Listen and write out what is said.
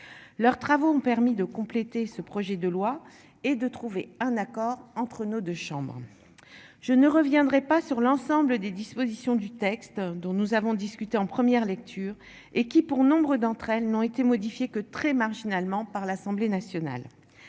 Leurs travaux ont permis de compléter ce projet de loi et de trouver un accord entre nos deux chambres. Je ne reviendrai pas sur l'ensemble des dispositions du texte dont nous avons discuté en première lecture et qui pour nombre d'entre elles n'ont été modifiés que très marginalement, par l'Assemblée nationale.